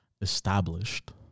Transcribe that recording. established